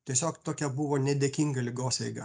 tiesiog tokia buvo nedėkinga ligos eiga